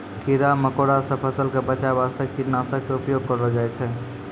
कीड़ा मकोड़ा सॅ फसल क बचाय वास्तॅ कीटनाशक के उपयोग करलो जाय छै